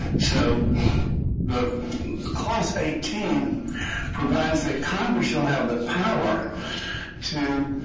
so the clause eighteen provides that congress shall have the power to